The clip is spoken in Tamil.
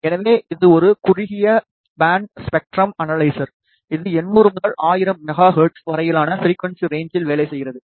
எனவே இது ஒரு குறுகிய பேண்ட் ஸ்பெக்ட்ரம் அனலைசர் இது 800 முதல் 1000 மெகா ஹெர்ட்ஸ் வரையிலான ஃபிரிக்குவன்ஸி ரேன்ச்சில் வேலை செய்கிறது